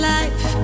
life